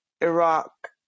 Iraq